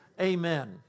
Amen